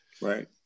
Right